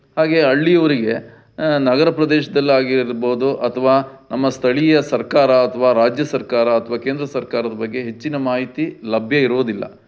ಹಾಗೇ ಹಳ್ಳಿಯವ್ರಿಗೆ ನಗರ ಪ್ರದೇಶ್ದಲ್ಲಿ ಆಗಿರ್ಬೋದು ಅಥವಾ ನಮ್ಮ ಸ್ಥಳೀಯ ಸರ್ಕಾರ ಅಥವಾ ರಾಜ್ಯ ಸರ್ಕಾರ ಅಥವಾ ಕೇಂದ್ರ ಸರ್ಕಾರದ ಬಗ್ಗೆ ಹೆಚ್ಚಿನ ಮಾಹಿತಿ ಲಭ್ಯ ಇರೋದಿಲ್ಲ